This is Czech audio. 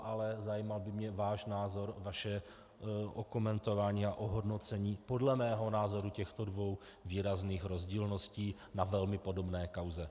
Ale zajímal by mě váš názor, vaše okomentování a ohodnocení podle mého názoru těchto dvou výrazných rozdílností na velmi podobné kauze.